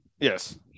Yes